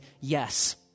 yes